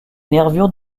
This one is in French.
nervures